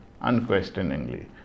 unquestioningly